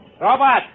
Robot